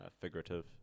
figurative